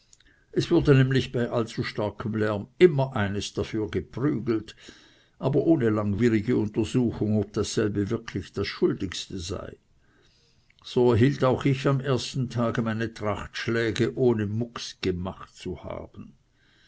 es wurde nämlich bei allzu starkem lärm immer eines dafür geprügelt aber ohne langwierige untersuchung ob dasselbe wirklich das schuldige sei so erhielt auch ich am ersten tag meine tracht schläge ohne mucks gemacht zu haben